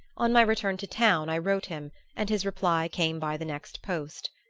on my return to town i wrote him and his reply came by the next post.